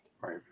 Right